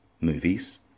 Movies